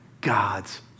God's